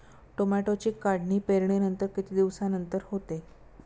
टोमॅटोची काढणी पेरणीनंतर किती दिवसांनंतर होते?